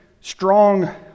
strong